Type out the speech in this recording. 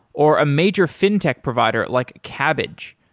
or a major fintech provider like kabbage,